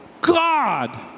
God